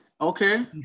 Okay